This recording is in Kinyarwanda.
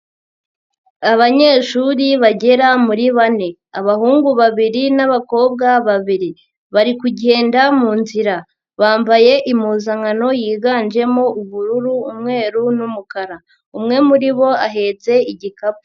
Abanyeshuri bagera muri bane, abahungu babiri n'abakobwa babiri, bari kugenda mu nzira, bambaye impuzankano yiganjemo ubururu, umweru n'umukara, umwe muri bo ahetse igikapu.